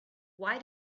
why